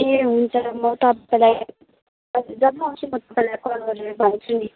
ए हुन्छ म तपाईँलाई जब आउँछु म तपैलाई कल गरेर भन्छु नि